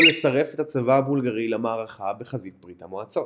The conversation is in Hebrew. לצרף את הצבא הבולגרי למערכה בחזית ברית המועצות.